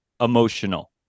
emotional